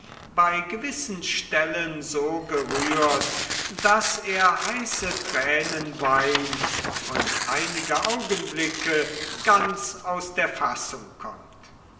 bei gewissen stellen so gerührt daß er heiße tränen weint und einige augenblicke ganz aus der fassung kommt